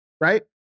Right